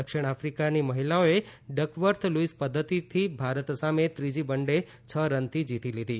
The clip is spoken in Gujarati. દક્ષિણ આફ્રિકાની મહિલાઓએ ડકવર્થ લુઇસ પધ્ધતિથી ભારત સામે ત્રીજી વનડે છ રનથી જીતી લીધી છે